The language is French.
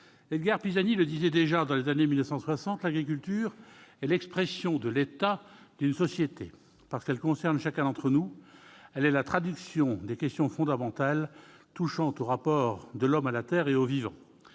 Edgard Pisani le disait déjà dans les années soixante, l'agriculture est l'expression de l'état d'une société. Parce qu'elle concerne chacun d'entre nous, elle est la traduction des questions fondamentales touchant au rapport de l'homme à la terre et au vivant.